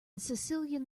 sicilian